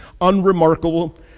Unremarkable